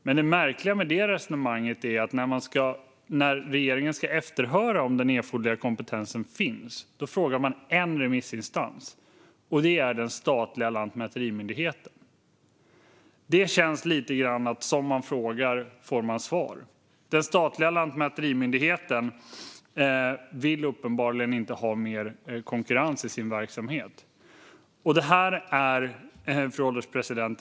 Men det märkliga med det resonemanget är att regeringen, när man ska efterhöra om den erforderliga kompetensen finns, frågar en remissinstans, och det är den statliga lantmäterimyndigheten. Som man frågar får man svar - så känns det lite grann. Den statliga lantmäterimyndigheten vill uppenbarligen inte ha mer konkurrens i sin verksamhet. Fru ålderspresident!